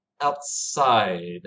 outside